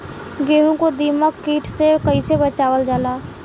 गेहूँ को दिमक किट से कइसे बचावल जाला?